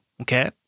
Okay